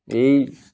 ଏଇ